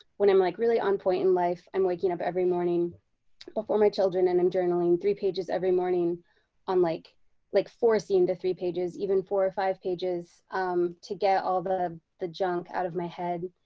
when i'm like really on point in life, i'm waking up every morning before my children and i'm journaling three pages every morning on like like forcing the pages even four or five pages to get all the the junk out of my head